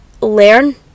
learn